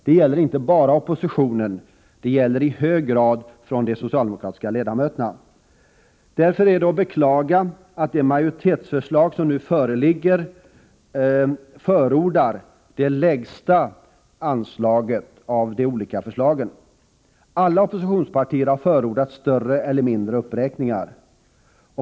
Detta gäller inte bara oppositionen, utan det gäller i hög grad de socialdemokratiska ledamöterna. Därför är det att beklaga att det majoritetsförslag som nu föreligger förordar det lägsta av de föreslagna anslagen. Alla oppositionspartier har förordat större eller mindre uppräkningar.